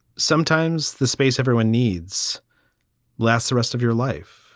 sometimes the space everyone needs lasts the rest of your life.